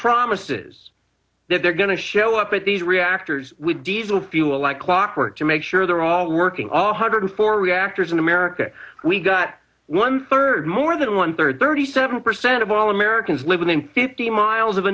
promises that they're going to show up at these reactors we diesel fuel like clockwork to make sure they're all working all hundred four reactors in america we got one third more than one third thirty seven percent of all americans live within fifty miles of a